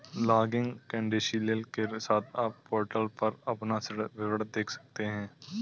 login credential के साथ, आप पोर्टल पर अपना ऋण विवरण देख सकते हैं